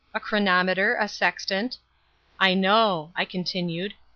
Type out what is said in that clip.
a chronometer, a sextant i know, i continued,